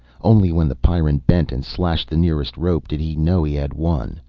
only when the pyrran bent and slashed the nearest rope did he know he had won.